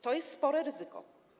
To jest spore ryzyko.